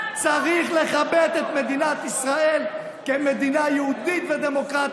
צריך לכבד את מדינת ישראל כמדינה יהודית ודמוקרטית,